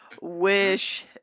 wish